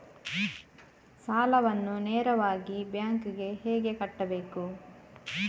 ಸಾಲವನ್ನು ನೇರವಾಗಿ ಬ್ಯಾಂಕ್ ಗೆ ಹೇಗೆ ಕಟ್ಟಬೇಕು?